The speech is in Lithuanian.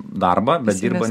darbą bet dirba